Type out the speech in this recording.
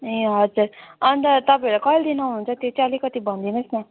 ए हजुर अन्त तपाईँहरू कहिले देखि आउनुहुन्छ त्यो चाहिँ अलिकति भनिदिनुहोस् न